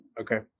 Okay